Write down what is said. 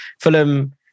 Fulham